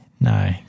No